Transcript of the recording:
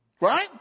Right